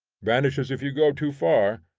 vanishes if you go too far,